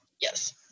Yes